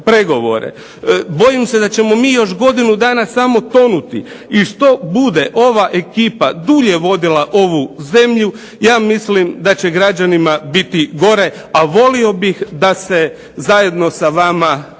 Bojim se da ćemo mi godinu dana samo još tonuti. I što bude ova ekipa dulje vodila ovu zemlju, ja mislim da će građanima biti gore, a volio bih da se zajedno sa vama